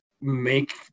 make